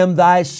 thy